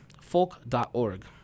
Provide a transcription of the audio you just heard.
folk.org